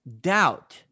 doubt